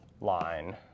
line